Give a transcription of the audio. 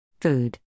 Food